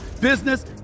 business